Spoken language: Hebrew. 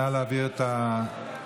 נא להעביר את התוצאות.